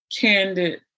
candid